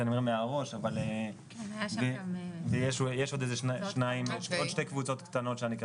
יש עוד שתי קבוצות קטנות.